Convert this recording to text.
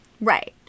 Right